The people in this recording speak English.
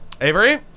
Avery